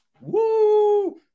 Woo